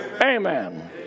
Amen